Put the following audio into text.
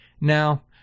Now